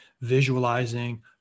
visualizing